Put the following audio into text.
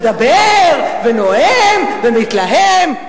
מדבר ונואם ומתלהם.